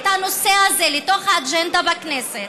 את הנושא הזה לתוך האג'נדה בכנסת,